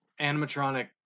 animatronic